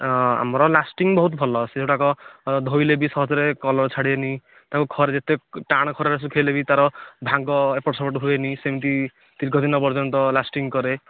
ଆମର ଲାଷ୍ଟିଂ ବହୁତ ଭଲ ସେଗୁଡ଼ାକ ଧୋଇଲେ ବି ସହଜରେ କଲର ଛାଡ଼େନି ତାକୁ ଖରା ରେ ଯେତେ ଟାଣ ଖରାରେ ଶୁଖାଇଲେ ବି ତାର ଭାଙ୍ଗ ଏପଟ ସେପଟ ହୁଏନି ସେମତି ଦୀର୍ଘ ଦିନ ପର୍ଯ୍ୟନ୍ତ ଲାଷ୍ଟିଂ କରେ